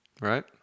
Right